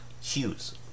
Hughes